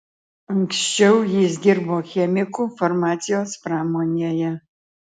anksčiau jis dirbo chemiku farmacijos pramonėje